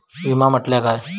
विमा म्हटल्या काय?